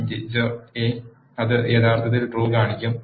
integer അത് യഥാർത്ഥത്തിൽ true കാണിക്കും